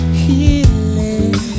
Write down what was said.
healing